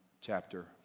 chapter